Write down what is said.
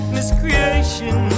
Miscreation